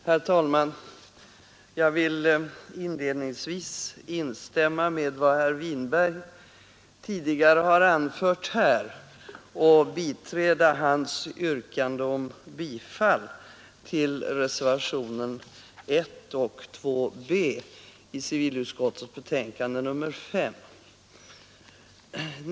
Herr talman! Jag vill inledningsvis instämma med vad herr Winberg tidigare har anfört här och biträda hans yrkande om bifall till reservationerna 1 och 2 bi civilutskottets betänkande nr 5.